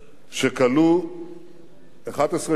שכלוא 11 שנים